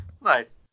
nice